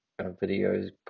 videos